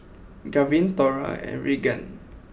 Garvin Thora and Reagan